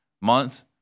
month